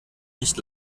nicht